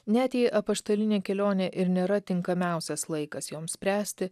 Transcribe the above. net jei apaštalinė kelionė ir nėra tinkamiausias laikas joms spręsti